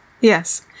yes